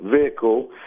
vehicle